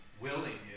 willing